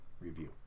review